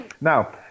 Now